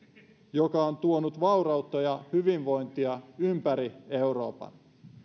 joka on tuonut vaurautta ja hyvinvointia ympäri euroopan